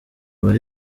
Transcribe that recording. bari